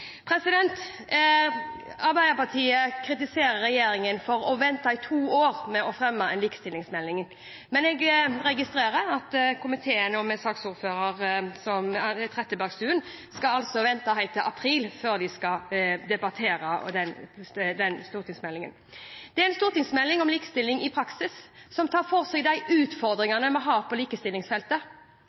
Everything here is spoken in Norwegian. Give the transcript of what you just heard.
Arbeiderpartiet kritiserer regjeringen for å vente i to år med å fremme en likestillingsmelding, men jeg registrerer at komiteen og saksordføreren, Anette Trettebergstuen, skal vente helt til april før de skal debattere den stortingsmeldingen. Det er en stortingsmelding om likestilling i praksis. Den tar for seg de utfordringene vi har på likestillingsfeltet,